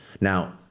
Now